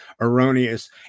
erroneous